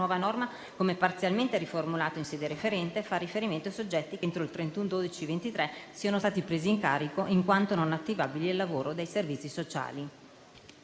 nuova norma, come parzialmente riformulata in sede referente, fa riferimento ai soggetti che, entro il 31 ottobre 2023, siano stati presi in carico - in quanto non attivabili al lavoro - dai servizi sociali.